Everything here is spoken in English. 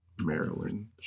Maryland